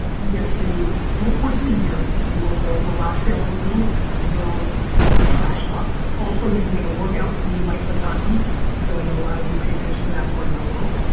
you get to, in the course of a year, you will go garage sale-ing with me, and film trash talk. also you can get a workout with me and mike vacanti so i know a lot of you pay attention to that part of my world.